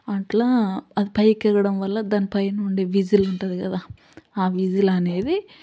అట్లా అది పైకెళ్ళడం వల్ల దాని పైన ఉండే విజిల్ ఉంటుంది కదా ఆ విజిల్ అనేది